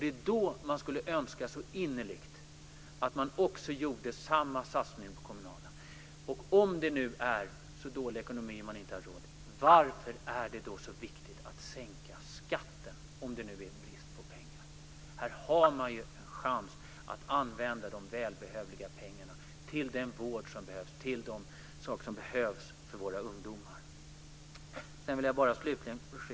Det är då man så innerligt skulle önska att det gjordes samma satsning på den kommunala nivån. Det sägs att det nu är så dålig ekonomi att kommunerna inte har råd. Varför är det då så viktigt att sänka skatten, om det nu är brist på pengar? Här har man en chans att använda de välbehövliga pengarna till den vård som behövs och de saker som behövs för våra ungdomar. Slutligen vill jag göra en korrigering.